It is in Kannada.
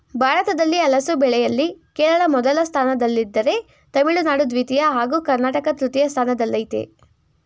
ಭಾರತದಲ್ಲಿ ಹಲಸು ಬೆಳೆಯಲ್ಲಿ ಕೇರಳ ಮೊದಲ ಸ್ಥಾನದಲ್ಲಿದ್ದರೆ ತಮಿಳುನಾಡು ದ್ವಿತೀಯ ಹಾಗೂ ಕರ್ನಾಟಕ ತೃತೀಯ ಸ್ಥಾನದಲ್ಲಯ್ತೆ